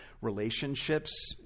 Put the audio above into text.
relationships